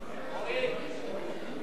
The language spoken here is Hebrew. אורית, אורית.